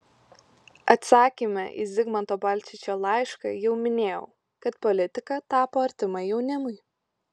atsakyme į zigmanto balčyčio laišką jau minėjau kad politika tapo artima jaunimui